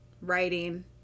writing